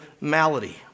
malady